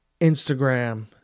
Instagram